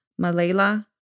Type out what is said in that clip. Malayla